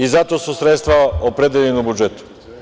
I zato su sredstva opredeljena u budžetu.